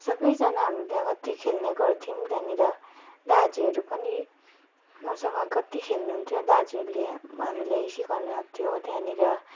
सबैजना हामी त्यहाँ कति खेल्ने गर्थौँ त्यहाँनिर दाजुहरू पनि मसँग कति खेल्नुहुन्थ्यो दाजुहरूले हामीलाई सिकाउनु हुन्थ्यो त्यहाँनिर